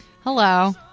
Hello